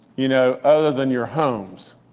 you know, other than your homes.